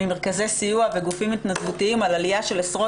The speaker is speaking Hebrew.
ממרכזי סיוע ומגופים התנדבותיים על עלייה של עשרות